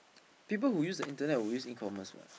people who use internet will use E-commerce what